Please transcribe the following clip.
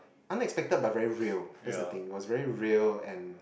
unexpected but very real that's the thing was very real and